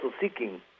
seeking